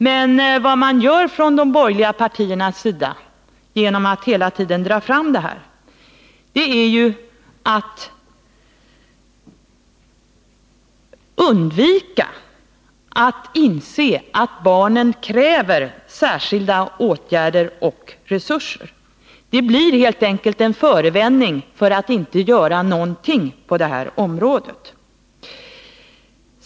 Men när man från de borgerliga partiernas sida hela tiden drar fram detta påstående undviker man att inse att barnen kräver särskilda åtgärder och resurser. Det blir helt enkelt en förevändning för att inte göra någonting på det här området.